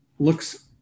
looks